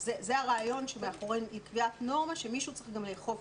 לבקש שכאשר יביאו את התקנות יורידו את מספר הקבוצות שמדריך יכול לעבור